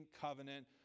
covenant